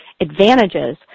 advantages